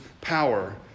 power